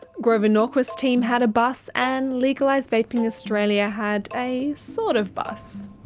grover norquist's team had a bus, and legalise vaping australia had a. sort of bus.